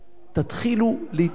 תתחילו להתנהג